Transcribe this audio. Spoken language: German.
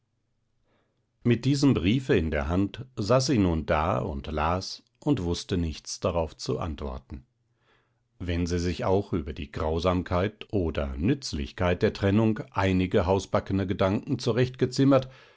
mit diesem briefe in der hand saß sie nun da und las und wußte nichts darauf zu antworten wenn sie sich auch über die grausamkeit oder nützlichkeit der trennung einige hausbackene gedanken